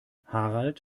harald